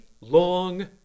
long